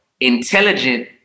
intelligent